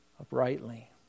uprightly